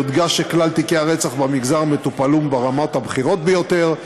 יודגש שכלל תיקי הרצח במגזר מטופלים ברמות הבכירות ביותר,